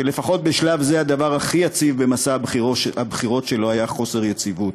שלפחות בשלב זה הדבר הכי יציב במסע הבחירות שלו היה חוסר יציבות.